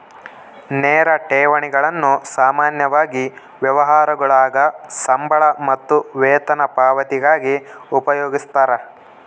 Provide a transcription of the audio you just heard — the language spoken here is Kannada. ನೇರ ಠೇವಣಿಗಳನ್ನು ಸಾಮಾನ್ಯವಾಗಿ ವ್ಯವಹಾರಗುಳಾಗ ಸಂಬಳ ಮತ್ತು ವೇತನ ಪಾವತಿಗಾಗಿ ಉಪಯೋಗಿಸ್ತರ